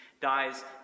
dies